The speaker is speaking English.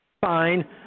Fine